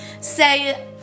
Say